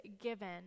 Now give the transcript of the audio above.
given